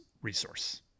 resource